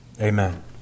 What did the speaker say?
Amen